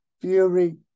Fury